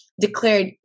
declared